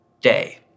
day